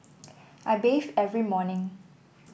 I bathe every morning